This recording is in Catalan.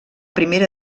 primera